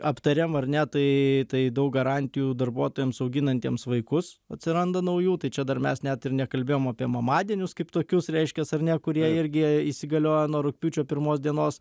aptarėm ar ne tai tai daug garantijų darbuotojams auginantiems vaikus atsiranda naujų tai čia dar mes net ir nekalbėjom apie mamadienius kaip tokius reiškias ar ne kurie irgi įsigaliojo nuo rugpjūčio pirmos dienos